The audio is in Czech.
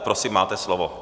Prosím, máte slovo.